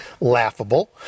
Laughable